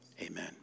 Amen